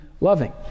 loving